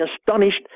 astonished